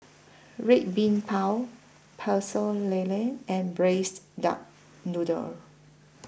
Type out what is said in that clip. Red Bean Bao Pecel Lele and Braised Duck Noodle